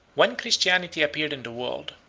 when christianity appeared in the world,